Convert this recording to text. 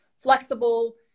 flexible